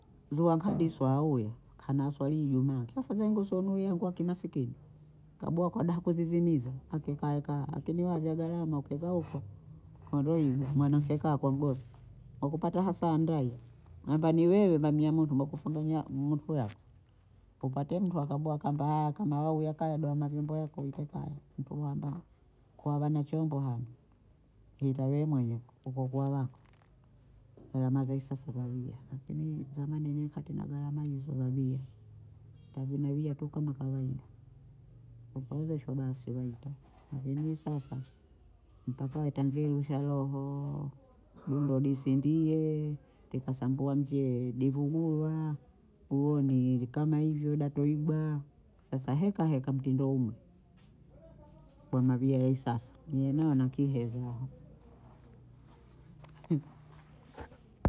Zuwa nkadi swauwe, kana swali ijumaa kiya afanyaye ngosonu yangu kimasikini, kabuha kadaha kuziziniza akikaeka akini wavia garama ukieka ufa, ukaondoe igwa mwanamke kaa kwa mgosi wakupata hasa ndaiya namba ni wewe mamia moto umekufunanya mutu yakwe, upate mtu akabwa Kamba haya kama wewe huya kaya doha mavyombo yako uite kaya mtuhamba kuwawana chombo hano, itaye mwenye ukokuwa wako zalama za isasa zawiya, lakini zamani ni katina garama hizo kabiya tavuna biya tu kama kawaida, ukaozeshwa basi waita, eni sasa mpaka waitange rusha rohooo dundo disindiyeee, likasambua mvyee divugulwa huoni vikama hivyo datoibwa, sasa heka heka umwe wamwavyee nienayo ana kiheya